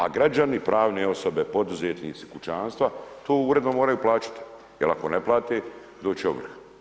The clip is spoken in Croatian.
A građani, pravne osobe, poduzetnici, kućanstva, tu uredno moraju plaćati jer ako ne plate, doći će ovrha.